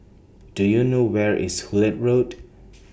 Do YOU know Where IS Hullet Road